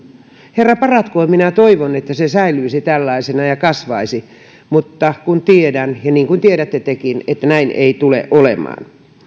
herra paratkoon minä toivon että se säilyisi tällaisena ja kasvaisi mutta tiedän niin kuin tiedätte tekin että näin ei tule olemaan